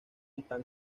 están